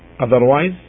otherwise